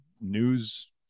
news